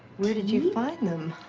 where did you find them?